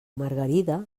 margarida